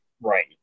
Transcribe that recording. Right